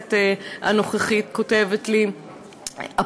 בכנסת הנוכחית" כותבת לי הפונה.